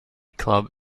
club